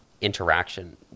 interaction